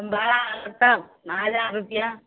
भाड़ा तब हजार रुपैआ